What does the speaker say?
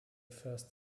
first